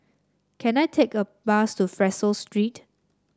can I take a bus to Fraser Street